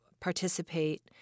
participate